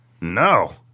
No